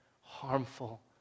harmful